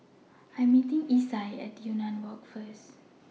I Am meeting Isai At Yunnan Walk First